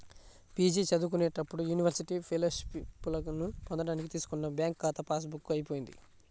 PG చదువుకునేటప్పుడు university ఫెలోషిప్పులను పొందడానికి తీసుకున్న బ్యాంకు ఖాతా పాస్ బుక్ పోయింది